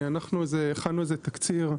הכנון תקציר,